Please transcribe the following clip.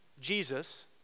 Jesus